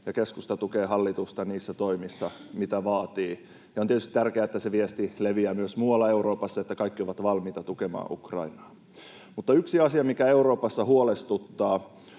ja keskusta tukee hallitusta niissä toimissa, mitä vaaditaan. On tietysti tärkeää, että myös muualla Euroopassa leviää se viesti, että kaikki ovat valmiita tukemaan Ukrainaa. Mutta yksi asia, mikä Euroopassa huolestuttaa,